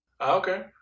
Okay